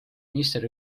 minister